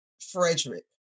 Frederick